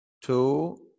two